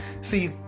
See